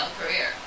career